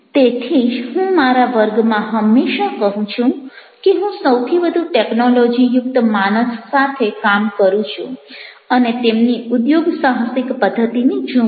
તેથી જ હું મારા વર્ગમાં હંમેશા કહું છું કે હું સૌથી વધુ ટેકનોલોજીયુક્ત માનસ સાથે કામ કરું છું અને તેમની ઉદ્યોગસાહસિક પદ્ધતિને જોઉં છું